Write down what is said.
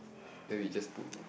then we just to